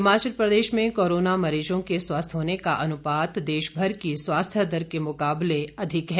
हिमाचल प्रदेश में कोरोना मरीजों के स्वस्थ होने का अनुपात देश भर की स्वास्थ्य दर के मुकाबले अधिक है